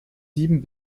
sieben